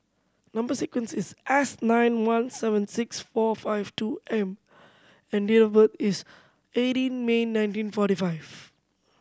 number sequence is S nine one seven six four five two M and date of birth is eighteen May nineteen forty five